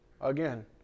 Again